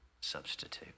substitute